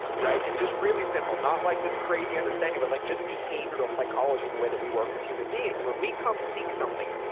right. and just really simple, not like this crazy understanding, but like just behavioral psychology and the way that we work as human beings, when we come seek something,